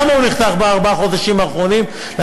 למה הוא נחתך בארבעת החודשים האחרונים?